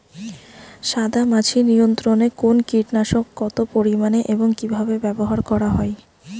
সাদামাছি নিয়ন্ত্রণে কোন কীটনাশক কত পরিমাণে এবং কীভাবে ব্যবহার করা হয়?